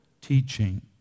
teaching